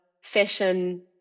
fashion